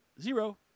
zero